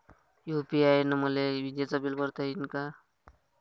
UPI न मले विजेचं बिल भरता यीन का?